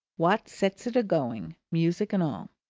watt sets it a-going music and all.